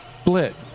split